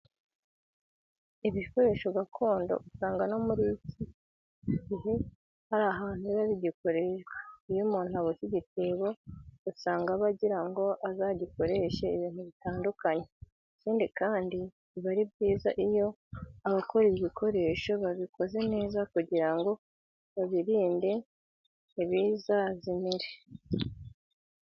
Ibikoresho gakondo usanga no muri iki gihe hari ahantu biba bigikoreshwa. Iyo umuntu aboshye igitebo usanga aba agira ngo azagikoreshe ibintu bitandukanye. Ikindi kandi, biba byiza iyo abakora ibi bikoresho babikoze neza kugira ngo babirinde ntibizazimire.